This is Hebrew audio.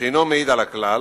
שאינו מעיד על הכלל.